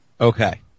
Okay